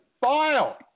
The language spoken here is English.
file